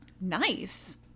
Nice